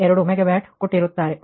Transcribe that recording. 2 megawatt ಕೊಟ್ಟಿರುತ್ತಾರೆ